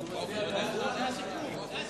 זה הסיכום.